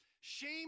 Shame